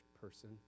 person